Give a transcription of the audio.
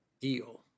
deal